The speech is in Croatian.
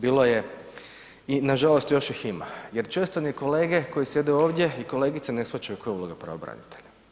Bilo je i nažalost još ih ima jer često ni kolege koji sjede ovdje i kolegice ne shvaćaju koja je uloga pravobranitelja.